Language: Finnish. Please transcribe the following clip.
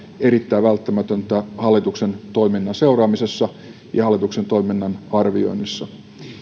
erittäin välttämätöntä hallituksen toiminnan seuraamisessa ja hallituksen toiminnan arvioinnissa